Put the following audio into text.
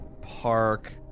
Park